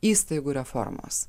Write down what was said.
įstaigų reformos